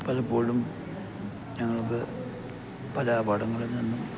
പലപ്പോഴും ഞങ്ങൾക്ക് പല അപകടങ്ങളിൽ നിന്നും